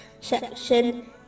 section